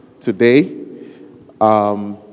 today